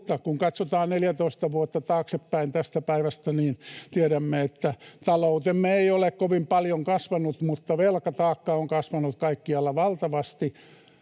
kun katsotaan 14 vuotta taaksepäin tästä päivästä, niin tiedämme, että taloutemme ei ole kovin paljon kasvanut, mutta velkataakka on kasvanut kaikkialla valtavasti